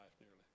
nearly